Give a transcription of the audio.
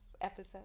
episode